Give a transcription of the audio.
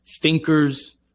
Thinkers